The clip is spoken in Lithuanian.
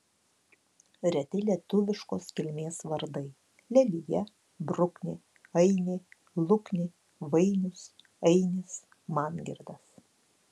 reti lietuviškos kilmės vardai lelija bruknė ainė luknė vainius ainis mangirdas